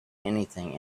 anything